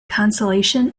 consolation